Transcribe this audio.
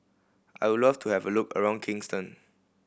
I would love to have a look around Kingston